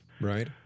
Right